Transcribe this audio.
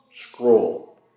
scroll